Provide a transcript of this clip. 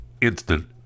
instant